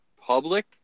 public